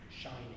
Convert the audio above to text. shining